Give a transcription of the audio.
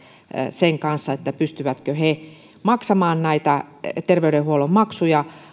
sen kanssa pystyvätkö he maksamaan näitä terveydenhuollon maksuja